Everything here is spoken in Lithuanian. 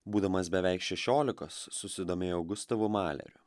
būdamas beveik šešiolikos susidomėjau gustavu maleriu